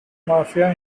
mafia